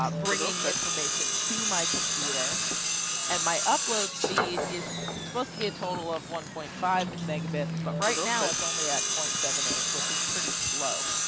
ah bringing information. to my computer and my upload speed is supposed to be a total of one point five megabits, but right now it's only at point seven, eight, which is pretty slow.